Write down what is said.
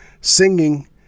singing